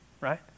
right